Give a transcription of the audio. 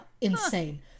insane